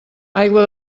aigua